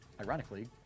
ironically